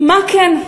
מה כן?